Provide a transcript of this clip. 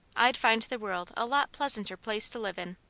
i'd find the world a lot pleasanter place to live in.